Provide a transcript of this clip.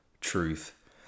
truth